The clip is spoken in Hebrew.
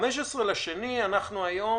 זה מ-15.2, היום